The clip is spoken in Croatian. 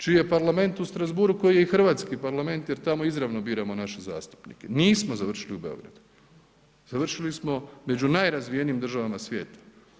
Čiji je Parlament u Strasbourg koji je i hrvatski parlament jer tamo izravno biramo naše zastupnike. nismo završili u Beogradu, završili smo među najrazvijenijim državama svijeta.